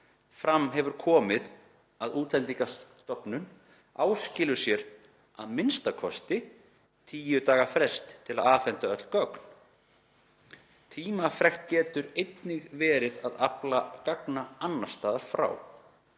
Fram hefur komið að Útlendingastofnun áskilur sér a.m.k. 10 daga frest til að afhenda öll gögn. Tímafrekt getur einnig verið að afla gagna annars staðar frá.